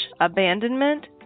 abandonment